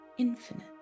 infinite